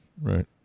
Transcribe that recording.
right